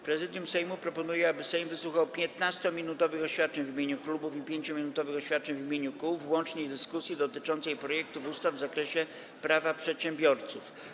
Prezydium Sejmu proponuje, aby Sejm wysłuchał 15-minutowych oświadczeń w imieniu klubów i 5-minutowych oświadczeń w imieniu kół w łącznej dyskusji dotyczącej projektów ustaw z zakresu Prawa przedsiębiorców.